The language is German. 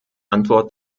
antwort